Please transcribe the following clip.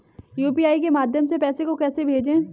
UPI के माध्यम से पैसे को कैसे भेजें?